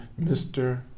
Mr